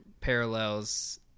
parallels